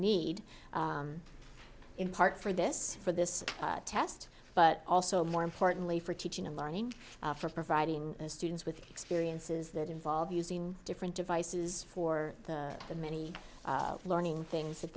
need in part for this for this test but also more importantly for teaching and learning for providing students with experiences that involve using different devices for the many learning things that